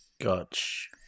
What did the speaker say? Gotch